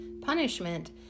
punishment